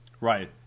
Right